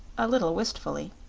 a little wistfully.